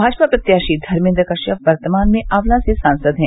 भाजपा प्रत्याशी धर्मेन्द्र कश्यप वर्तमान में आंवला से सांसद है